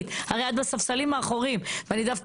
אבל היינו במקומות חשובים אחרים, יש לנו תרוץ טוב.